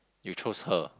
you chose her